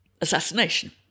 assassination